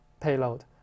payload